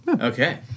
Okay